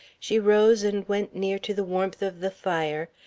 she rose and went near to the warmth of the fire,